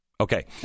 Okay